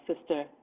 Sister